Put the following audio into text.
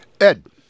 ed